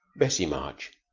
bessie march.